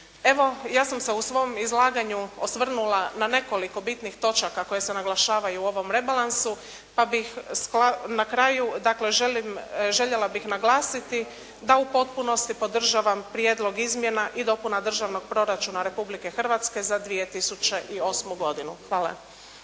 Evo, ja sam se u svom izlaganju osvrnula na nekoliko bitnih točaka koji se naglašavaju u ovom rebalansu pa bih na kraju, dakle željela bih naglasiti da u potpunosti podržavam Prijedlog izmjena i dopuna Državnog proračuna Republike Hrvatske za 2008. godinu. Hvala.